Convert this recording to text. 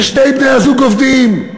ששני בני-הזוג עובדים,